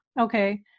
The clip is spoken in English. okay